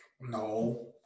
no